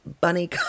bunny